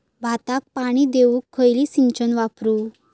भाताक पाणी देऊक खयली सिंचन वापरू?